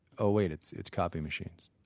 oh wait. it's it's copy machines.